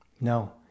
No